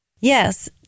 Yes